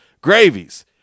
gravies